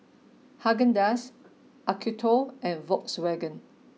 Haagen Dazs Acuto and Volkswagen